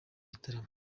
bitaramo